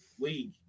league